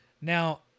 Now